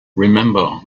remember